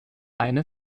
eine